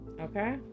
Okay